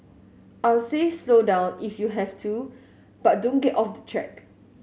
I'll say slow down if you have to but don't get off the track